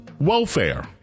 Welfare